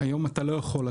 היום אתה לא יכול,